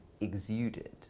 exuded